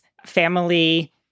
family